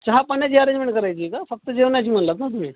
चहा पाण्याची अरेंजमेंट करायची का फक्त जेवणाची म्हणालात ना तुम्ही